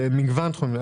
במגוון תחומים.